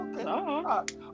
Okay